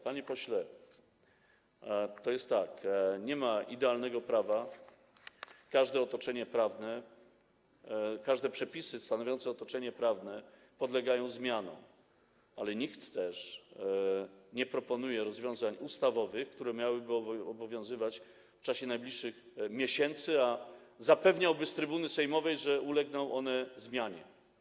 Panie pośle, to jest tak, że nie ma idealnego prawa, każde otoczenie prawne, każde przepisy stanowiące otoczenie prawne podlegają zmianom, ale nikt nie proponuje rozwiązań ustawowych, które miałyby obowiązywać w czasie najbliższych miesięcy, i zapewniałby z trybuny sejmowej, że ulegną one zmianie.